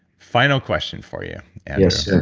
final question for you yes,